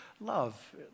love